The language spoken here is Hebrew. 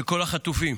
שכל החטופים